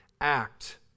act